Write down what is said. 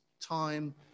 time